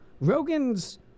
Rogan's